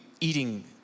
eating